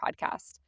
podcast